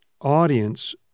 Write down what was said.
audience